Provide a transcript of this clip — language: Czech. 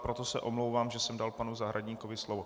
Proto se omlouvám, že jsem dal panu Zahradníkovi slovo.